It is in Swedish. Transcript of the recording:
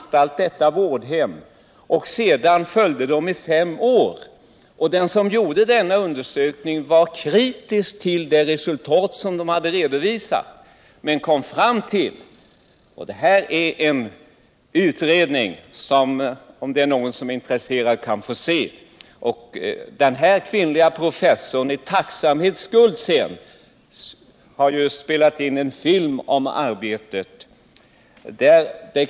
Och hon som gjorde utredningen — om det är någon som är intresserad går det bra att få se den — var kritisk mot det resultat som redovisades men kom fram till att efter fem år var 87 26 rehabiliterade och hade kommit in i det normala livet igen.